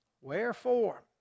Wherefore